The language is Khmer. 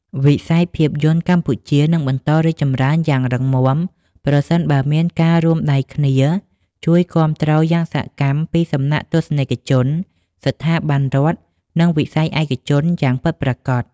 វិស័យភាពយន្តកម្ពុជានឹងបន្តរីកចម្រើនយ៉ាងរឹងមាំ ប្រសិនបើមានការរួមដៃគ្នាជួយគាំទ្រយ៉ាងសកម្មពីសំណាក់ទស្សនិកជន ស្ថាប័នរដ្ឋ និងវិស័យឯកជនយ៉ាងពិតប្រាកដ។